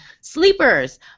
Sleepers